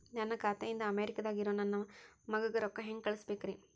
ನನ್ನ ಖಾತೆ ಇಂದ ಅಮೇರಿಕಾದಾಗ್ ಇರೋ ನನ್ನ ಮಗಗ ರೊಕ್ಕ ಹೆಂಗ್ ಕಳಸಬೇಕ್ರಿ?